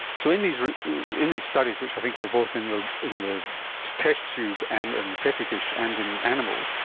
so in these in these studies which i think were both in the in the test tube and and the petri dish and in animals,